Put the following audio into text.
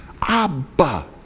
Abba